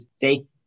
take